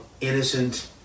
innocent